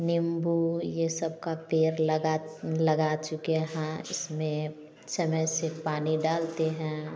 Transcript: नींबू ये सबका पेड़ लगा लगा चुके हैं इसमे समय से पानी डालते हैं